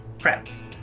Friends